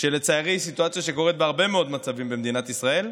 שלצערי היא סיטואציה שקורית בהרבה מאוד מצבים במדינת ישראל,